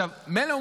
מילא,